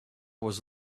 was